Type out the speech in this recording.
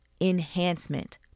enhancement